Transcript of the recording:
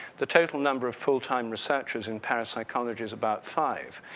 the total number of full-time researchers in parapsychology is about five,